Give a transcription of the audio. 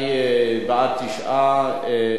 תשעה בעד, אין מתנגדים.